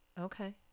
Okay